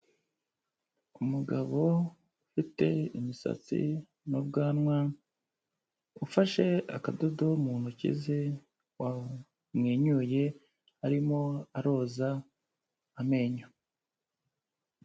Umugabo ufite imisatsi n'ubwanwa, ufashe akadodo mu ntoki ze, wamwenyuye, arimo aroza amenyo.